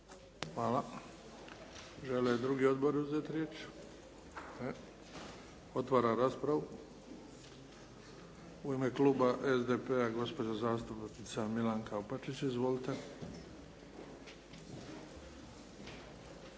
Hvala. Žele li drugi odbori uzeti riječ? Ne. Otvaram raspravu. U ime kluba SDP-a gospođa zastupnica Milanka Opačić. Izvolite.